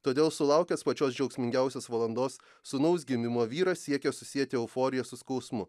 todėl sulaukęs pačios džiaugsmingiausios valandos sūnaus gimimo vyras siekia susieti euforiją su skausmu